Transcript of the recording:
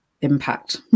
impact